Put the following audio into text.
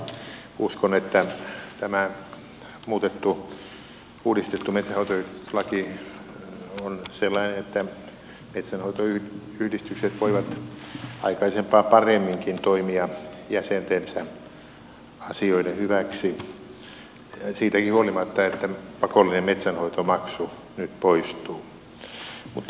uskon että tämä muutettu uudistettu metsänhoitoyhdistyslaki on sellainen että metsänhoitoyhdistykset voivat aikaisempaa paremminkin toimia jäsentensä asioiden hyväksi siitäkin huolimatta että pakollinen metsänhoitomaksu nyt poistuu